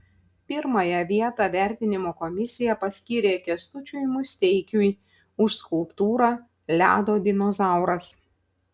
pirmąją vietą vertinimo komisija paskyrė kęstučiui musteikiui už skulptūrą ledo dinozauras